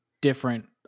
different